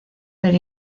del